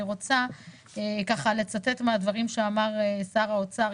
אני רוצה לצטט מהדברים שאמר שר האוצר,